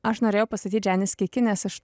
aš norėjau pastatyt džianes kiki nes aš